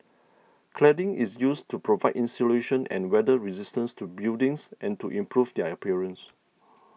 cladding is used to provide insulation and weather resistance to buildings and to improve their appearance